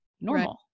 normal